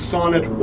Sonnet